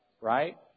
right